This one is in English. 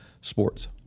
sports